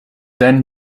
then